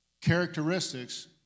characteristics